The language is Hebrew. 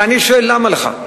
ואני שואל: למה לך?